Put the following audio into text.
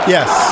Yes